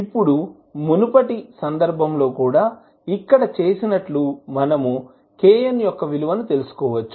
ఇప్పుడు మునుపటి సందర్భంలో కూడా ఇక్కడ చేసినట్లు మనము kn యొక్క విలువను తెలుసుకోవచ్చు